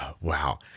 wow